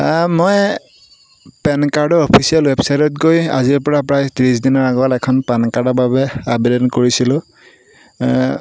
মই পেন কাৰ্ডৰ অফিচিয়েল ৱেবচাইটত গৈ আজিৰপৰা প্ৰায় ত্ৰিছ দিনৰ আগত এখন পান কাৰ্ডৰ বাবে আবেদন কৰিছিলোঁ